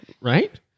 right